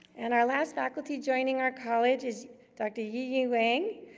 and our last faculty joining our college is dr. yiyi wang.